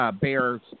bears